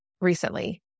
recently